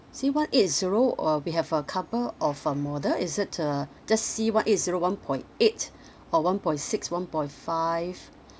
C one eight zero or we have a couple of uh model is it uh just C one eight zero one point eight or one point six one point five